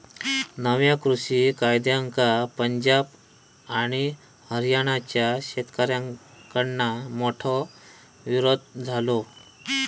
नव्या कृषि कायद्यांका पंजाब आणि हरयाणाच्या शेतकऱ्याकडना मोठो विरोध झालो